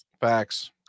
facts